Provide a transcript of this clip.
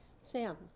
Sam